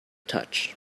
touch